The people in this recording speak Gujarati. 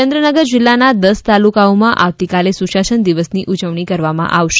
સુરેન્દ્રનગર જિલ્લાના દસ તાલુકાઓમાં આવતીકાલે સુશાસન દિવસની ઉજવણી કરવામાં આવશે